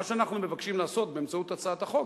מה שאנחנו מבקשים לעשות באמצעות הצעת החוק,